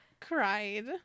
cried